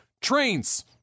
trains